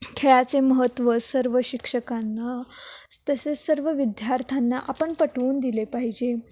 खेळाचे महत्त्व सर्व शिक्षकांना तसेच सर्व विद्यार्थ्यांना आपण पटवून दिले पाहिजे